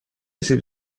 سیب